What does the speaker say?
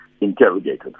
interrogated